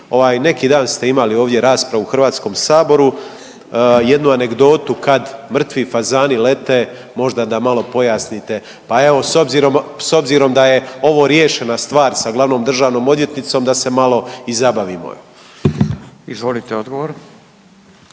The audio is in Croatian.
neki dan ste imali ovdje raspravu u Hrvatskom saboru, jednu anegdotu kad mrtvi fazani lete, možda da malo pojasnite. Pa evo s obzirom da je ovo riješena stvar sa glavnom državnom odvjetnicom da se malo i zabavimo. **Radin, Furio